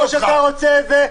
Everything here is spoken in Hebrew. כמו שאתה רוצה את זה,